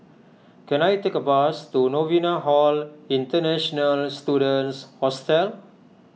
can I take a bus to Novena Hall International Students Hostel